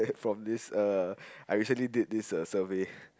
from this uh I recently this uh survey